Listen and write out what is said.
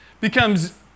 becomes